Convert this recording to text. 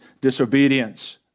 disobedience